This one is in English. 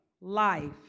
life